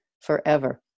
forever